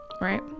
right